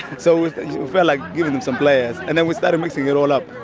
so we felt like giving them some players and then we started mixing it all up.